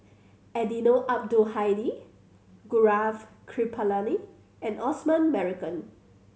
Eddino Abdul Hadi Gaurav Kripalani and Osman Merican